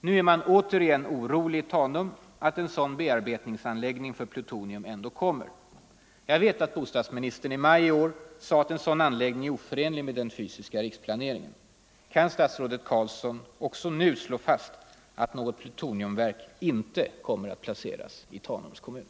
Nu är man återigen orolig i Tanum för att en sådan bearbetningsanläggning för plutonium ändå kommer. Jag vet att bostadsministern i maj i år sade att en sådan anläggning är oförenlig med den fysiska riksplaneringen. Kan statsrådet Carlsson också nu slå fast att något plutoniumverk inte kommer att placeras i Tanums kommun?